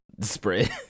spread